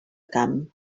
camp